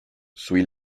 sui